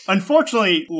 Unfortunately